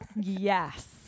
Yes